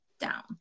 down